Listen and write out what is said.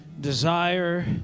desire